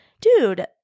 dude